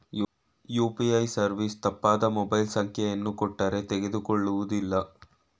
UPA service ತಪ್ಪಾದ mobile ಸಂಖ್ಯೆಯನ್ನು ಕೊಟ್ಟರೇ ತಕೊಳ್ಳುವುದಿಲ್ಲ